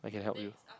I can help you